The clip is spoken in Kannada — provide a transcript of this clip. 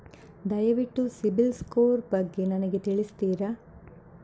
ದಯವಿಟ್ಟು ಸಿಬಿಲ್ ಸ್ಕೋರ್ ಬಗ್ಗೆ ನನಗೆ ತಿಳಿಸ್ತಿರಾ?